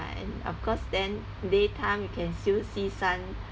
and of course then daytime you can still see sun